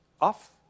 off